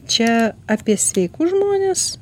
čia apie sveikus žmones